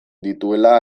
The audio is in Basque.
dituela